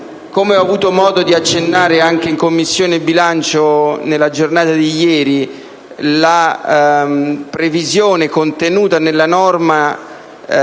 Come ho avuto modo di accennare anche in Commissione bilancio nella giornata di ieri, la previsione contenuta nella norma